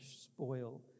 spoil